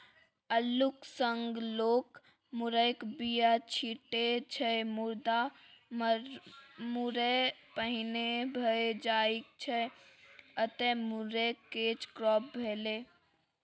अल्लुक संग लोक मुरयक बीया छीटै छै मुदा मुरय पहिने भए जाइ छै एतय मुरय कैच क्रॉप भेलै